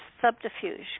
subterfuge